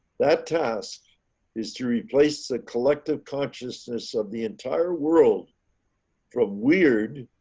that task is to replace the collective consciousness of the entire world through a weird